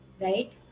right